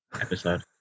episode